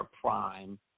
prime